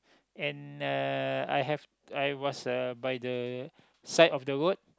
and uh I have I was uh by the side of the road